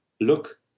look